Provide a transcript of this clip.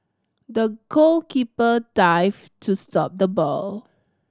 the goalkeeper dived to stop the ball